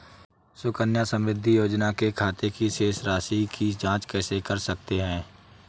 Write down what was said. सुकन्या समृद्धि योजना के खाते की शेष राशि की जाँच कैसे कर सकते हैं?